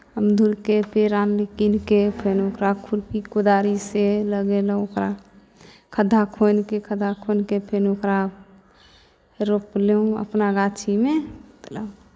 अमदुरके पेड़ आनली कीन कऽ फेन ओकरा खुरपी कोदारिसँ लगेलहुँ ओकरा खद्धा खूनि कऽ खद्धा खूनि कऽ फेन ओकरा रोपलहुँ अपना गाछीमे